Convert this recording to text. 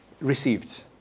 received